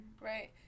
Right